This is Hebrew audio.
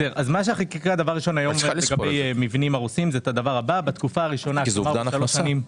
אפשר לספור את זה, כי זה אובדן הכנסה.